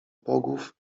bogów